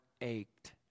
ached